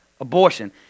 Abortion